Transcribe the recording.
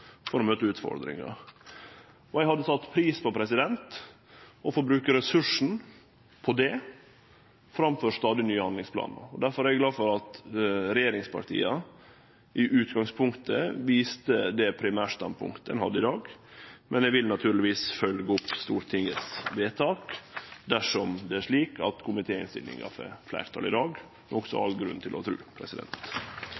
for å møte utfordringane. Eg hadde sett pris på å få bruke ressursane på det framfor stadig nye handlingsplanar. Difor er eg glad for at regjeringspartia i utgangspunktet viser til det primærstandpunktet ein har i dag, men eg vil naturlegvis følgje opp Stortingets vedtak dersom det er slik at komitéinnstillinga får fleirtal i dag, som det også